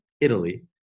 Italy